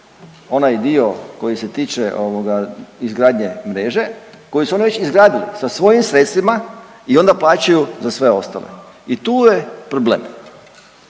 onaj dio koji se tiče, ovoga, izgradnje mreže koji su oni već izgradili sa svojim sredstvima i onda plaćaju za sve ostale. I tu je problem.